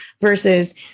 versus